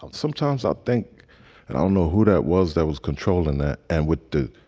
um sometimes i think and i don't know who that was that was controlling that and would do